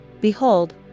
Behold